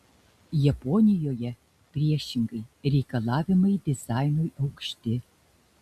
japonijoje priešingai reikalavimai dizainui aukšti